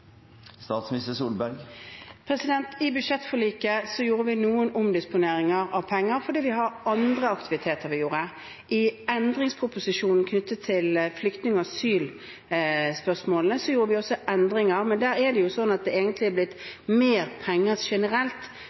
I budsjettforliket gjorde vi noen omdisponeringer av penger, fordi vi gjorde andre aktiviteter. I tilleggsproposisjonen knyttet til flyktning- og asylsøkerspørsmålene gjorde vi også endringer, men på det området har det jo egentlig blitt mer penger generelt